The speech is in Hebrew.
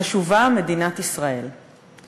חשובה מדינת ישראל";